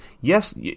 yes